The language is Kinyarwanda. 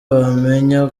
wamenya